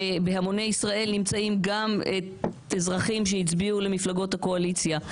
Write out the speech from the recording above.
בהמוני ישראל נמצאים גם אזרחים שהצביעו למפלגות הקואליציה.